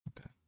okay